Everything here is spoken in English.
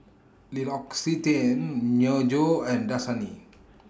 L'Occitane Myojo and Dasani